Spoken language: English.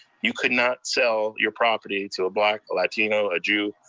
you could not sell your property to a black, latino, a jew,